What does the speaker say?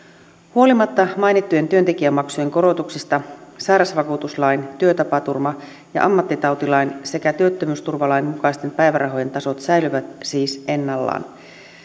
huolimatta mainittujen työntekijämaksujen korotuksista sairausvakuutuslain työtapaturma ja ammattitautilain sekä työttömyysturvalain mukaisten päivärahojen tasot säilyvät siis ennallaan